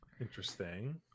interesting